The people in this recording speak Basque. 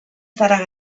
zara